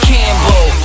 Campbell